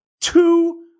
two